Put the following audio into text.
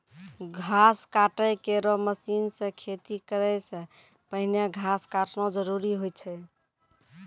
घास काटै केरो मसीन सें खेती करै सें पहिने घास काटना जरूरी होय छै?